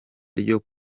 ryo